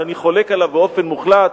שאני חולק עליו באופן מוחלט,